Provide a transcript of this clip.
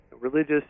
religious